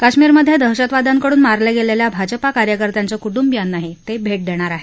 काश्मीरमधे दहशतवाद्यांकडून मारले गेलेल्या भाजपा कार्यकर्त्यांच्या कु िबियांनाही ते भे गोर आहेत